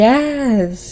Yes